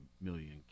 million